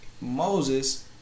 Moses